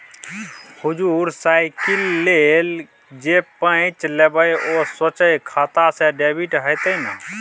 हुजुर साइकिल लेल जे पैंच लेबय ओ सोझे खाता सँ डेबिट हेतेय न